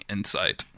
Insight